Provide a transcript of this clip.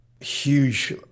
huge